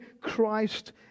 Christ